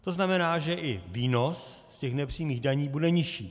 To znamená, že i výnos z těch nepřímých daní bude nižší.